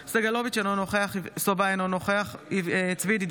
אינו נוכחת יואב סגלוביץ' אינו נוכח יבגני סובה,